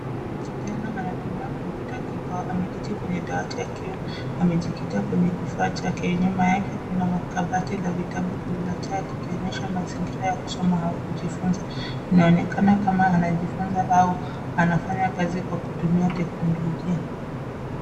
Kijana anatumia kompyuta kibao ameketi kwenye dawati akiwa amejikita kwenye kifaa chake. Nyuma yake kuna kabati la vitabu lililojaa likionyesha mazingira ya kusoma au kujifunza. Inaonekana kama anajifunza au anafanya kazi kwa kutumia teknolojia.